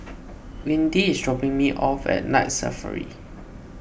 Windy is dropping me off at Night Safari